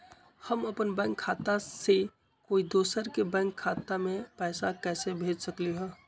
हम अपन बैंक खाता से कोई दोसर के बैंक खाता में पैसा कैसे भेज सकली ह?